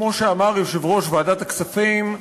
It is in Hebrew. כמו שאמר יושב-ראש ועדת הכספים,